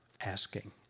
asking